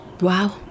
wow